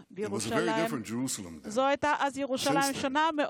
לפני 157 שנים, בימים האחרונים של אברהם